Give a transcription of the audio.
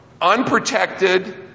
unprotected